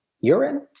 urine